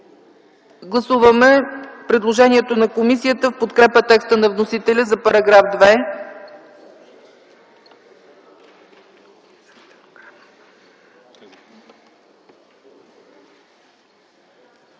Гласуваме предложението на комисията в подкрепа текста на вносителя за § 5.